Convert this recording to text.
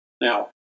Now